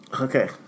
Okay